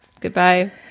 Goodbye